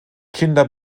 kinder